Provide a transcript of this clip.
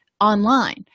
online